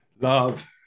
Love